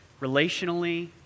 relationally